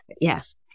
Yes